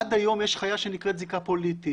עד היום יש חיה שנקראת זיקה פוליטית,